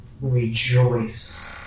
rejoice